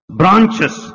branches